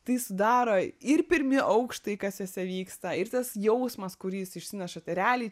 tai sudaro ir pirmi aukštai kas jose vyksta ir tas jausmas kurį jūs išsinešate realiai